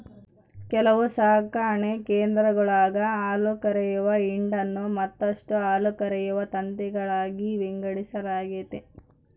ಕೆಲವು ಸಾಕಣೆ ಕೇಂದ್ರಗುಳಾಗ ಹಾಲುಕರೆಯುವ ಹಿಂಡನ್ನು ಮತ್ತಷ್ಟು ಹಾಲುಕರೆಯುವ ತಂತಿಗಳಾಗಿ ವಿಂಗಡಿಸಲಾಗೆತೆ